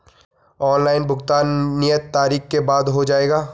Online भुगतान नियत तारीख के बाद हो जाएगा?